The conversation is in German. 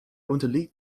unterliegt